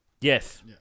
Yes